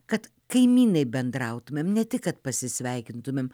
kad kaimynai bendrautumėm ne tik kad pasisveikintumėm